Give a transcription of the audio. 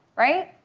right?